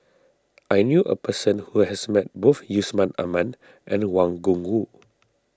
I knew a person who has met both Yusman Aman and Wang Gungwu